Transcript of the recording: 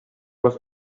was